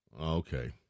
Okay